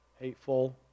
hateful